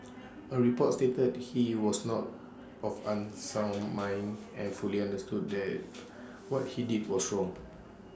A report stated he was not of unsound mind and fully understood that what he did was wrong